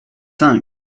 cinq